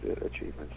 achievements